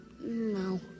No